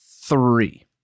three